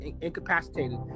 incapacitated